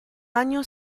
año